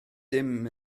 dim